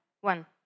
One